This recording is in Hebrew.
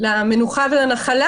למנוחה ולנחלה,